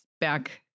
back